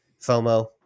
FOMO